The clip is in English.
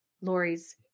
Lori's